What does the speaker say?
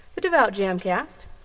TheDevoutJamCast